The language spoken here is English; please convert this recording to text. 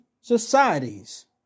societies